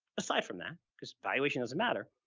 aside from that, because valuation doesn't matter,